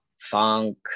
funk